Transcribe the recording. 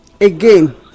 again